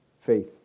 faith